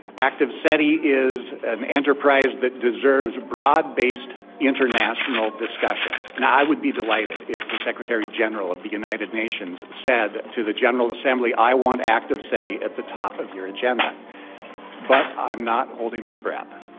active seti is an enterprise that deserves a broad-based international discussion. and i would be delighted if the secretary-general of the united nations said to the general assembly, i want active seti at the top of your agenda but i'm not holding my breath.